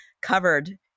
covered